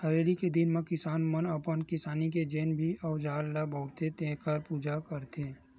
हरेली के दिन म किसान मन अपन किसानी के जेन भी अउजार ल बउरथे तेखर पूजा करथे